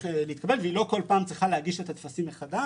להתקבל ולא כל פעם היא צריכה להגיש את הטפסים שוב.